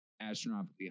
astronomically